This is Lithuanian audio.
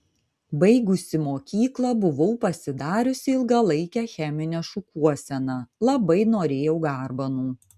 baigusi mokyklą buvau pasidariusi ilgalaikę cheminę šukuoseną labai norėjau garbanų